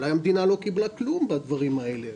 אולי המדינה לא קיבלה כלום בדברים האלה.